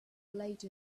late